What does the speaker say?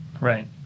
right